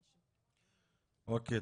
אוקיי.